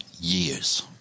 years